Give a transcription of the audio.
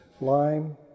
lime